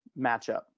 matchup